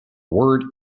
word